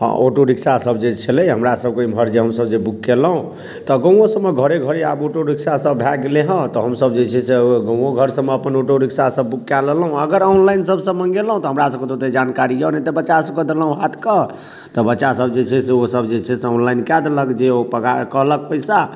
हँ auto rickshaw सभ जे छलै हमरा सभकेँ इमहर जे बुक कयलहुँ तऽ गाँवो सभमे घरे घरे आब आँटो रिक्शा सभ भए गेलै हँ तऽ हमसभ जे छै से गाँवो घर सभमे अपन आँटो रिक्शा सभ बुक कै लेलहुँ अगर ऑनलाइन सभसँ मँगेलहुँ तऽ हमरा सभकऽ तऽ ओतेक जानकारी यऽ नहि तऽ बच्चा सभकऽ देलहुँ हाथ कऽ तऽ बच्चा सभ जे छै से ओ सभ जे छै से ऑनलाइन कै देलक जे ओ पगार कहलक ओ पैसा